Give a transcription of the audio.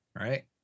right